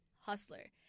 hustler